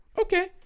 Okay